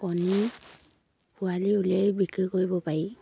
কণী পোৱালি উলিয়াইও বিক্ৰী কৰিব পাৰি